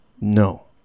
no